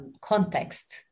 context